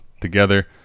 together